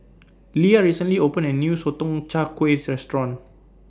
Leah recently opened A New Sotong Char Kway Restaurant